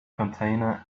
container